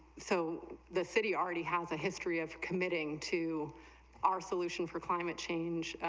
so the city already has a history of committing two are solution for climate change,